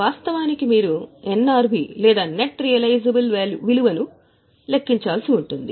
వాస్తవానికి మీరు ఎన్ఆర్వి లేదా నెట్ రియలైజబుల్ విలువను లెక్కించాల్సి ఉంటుంది